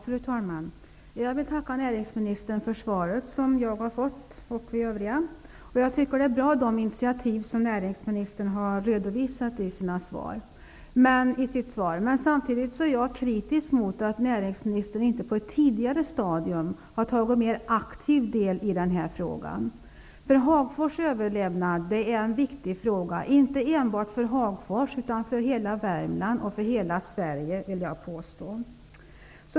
Fru talman! Jag vill tacka näringsministern för svaret som jag och de övriga har fått. Jag tycker att de initiativ som näringsministern har redovisat i sitt svar är bra. Samtidigt är jag kritisk mot att näringsministern inte på ett tidigare stadium har tagit mer aktiv del i den här frågan. Hagfors överlevnad är en viktig fråga, inte enbart för Hagfors, utan för hela Värmland och, vill jag påstå, för hela Sverige.